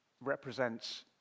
represents